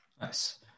Nice